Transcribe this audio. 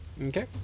Okay